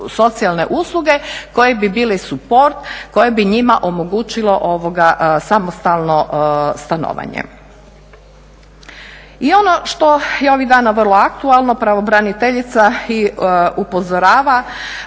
socijalne usluge koje bi bile support, koje bi njima omogućile samostalno stanovanje. I ono što je ovih dana vrlo aktualno, pravobraniteljica i upozorava